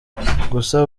gusa